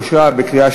נתקבל.